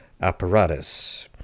apparatus